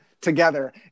Together